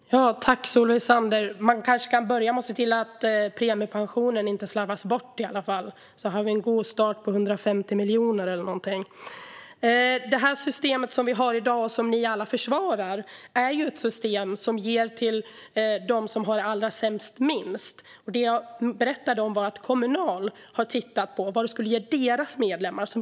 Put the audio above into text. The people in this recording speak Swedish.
Fru talman! Tack, Solveig Zander! Man kanske kan börja med att se till att premiepensionen i alla fall inte slarvas bort, så har vi en god start på 150 miljoner eller något sådant. Det system som vi har i dag och som ni alla försvarar är ju ett system som ger minst till dem som har det allra sämst. Det jag berättade om var att Kommunal har tittat på vad det skulle ge deras medlemmar.